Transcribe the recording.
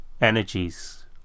energies